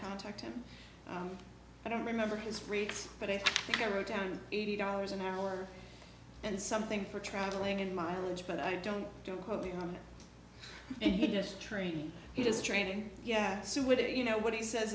contact him i don't remember his rates but i think i wrote down eighty dollars an hour and something for travelling and mileage but i don't don't quote me on it and he just training he does training yes with it you know what says